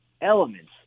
elements